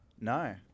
No